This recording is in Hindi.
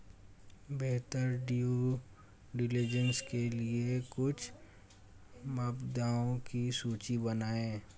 बेहतर ड्यू डिलिजेंस के लिए कुछ मापदंडों की सूची बनाएं?